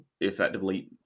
effectively